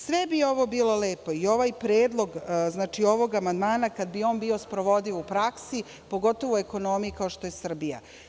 Sve bi ovo bilo lepo i ovaj predlog ovog amandmana, kada bi on bio sprovodljiv u praksi, pogotovo u ekonomiji, kao što je Srbija.